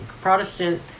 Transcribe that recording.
Protestant